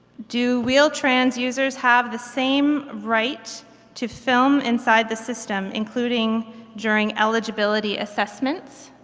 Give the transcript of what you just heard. do wheel-trans users have the same right to film inside the system including during eligibility assessments?